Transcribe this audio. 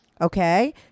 okay